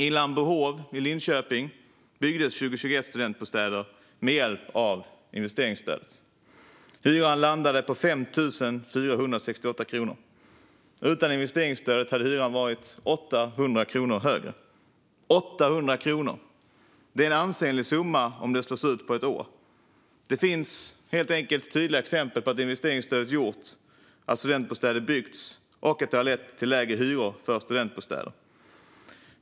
I Lambohov i Linköping byggdes år 2021 studentbostäder med hjälp av investeringsstödet. Hyran landade på 5 468 kronor. Utan investeringsstödet hade hyran varit 800 kronor högre. 800 kronor är en ansenlig summa om det slås ihop under ett år. Det finns helt enkelt tydliga exempel på att investeringsstödet har gjort att studentbostäder har byggts och att det har lett till lägre hyror för studentbostäder.